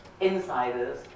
insiders